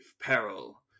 Peril